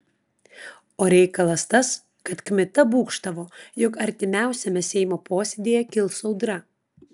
o reikalas tas kad kmita būgštavo jog artimiausiame seimo posėdyje kils audra